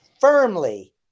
firmly